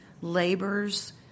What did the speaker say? labors